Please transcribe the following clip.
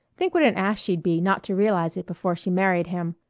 think what an ass she'd be not to realize it before she married him.